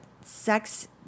sex